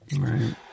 Right